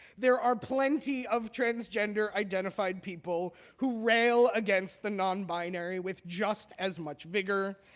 there are plenty of transgender identified people who rail against the non-binary with just as much vigor.